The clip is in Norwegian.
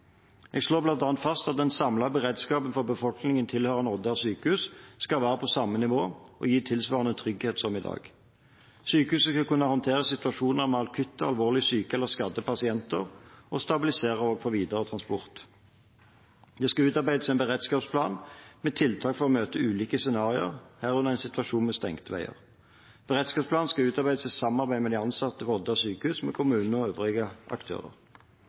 Jeg slår bl.a. fast at den samlede beredskapen for befolkningen tilhørende Odda sjukehus skal være på samme nivå og gi tilsvarende trygghet som i dag. Sykehuset skal kunne håndtere situasjoner med akutt alvorlig syke eller skadde pasienter og stabilisere for videre transport. Det skal utarbeides en beredskapsplan med tiltak for å møte ulike scenarioer, herunder en situasjon med stengte veier. Beredskapsplanen skal utarbeides i samarbeid med de ansatte ved Odda sjukehus, kommunene og øvrige aktører.